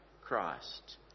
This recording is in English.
christ